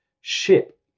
ship